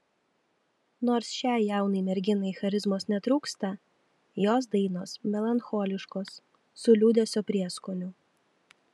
nors šiai jaunai merginai charizmos netrūksta jos dainos melancholiškos su liūdesio prieskoniu